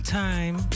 time